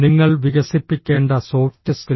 നിങ്ങൾ വികസിപ്പിക്കേണ്ട soft skill